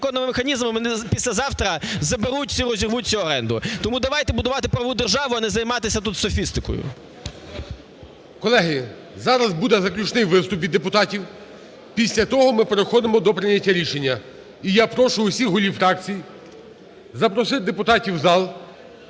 Колеги, зараз буде заключний виступ від депутатів. Після того ми переходимо до прийняття рішення. І я прошу усіх голів фракцій запросити депутатів в зал.